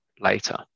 later